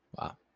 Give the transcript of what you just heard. wow